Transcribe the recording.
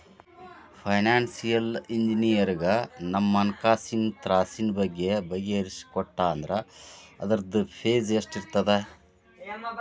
Financial ಇಂಜಿನಿಯರಗ ನಮ್ಹಣ್ಕಾಸಿನ್ ತ್ರಾಸಿನ್ ಬಗ್ಗೆ ಬಗಿಹರಿಸಿಕೊಟ್ಟಾ ಅಂದ್ರ ಅದ್ರ್ದ್ ಫೇಸ್ ಎಷ್ಟಿರ್ತದ?